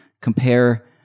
compare